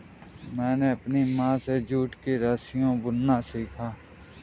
मैंने अपनी माँ से जूट की रस्सियाँ बुनना सीखा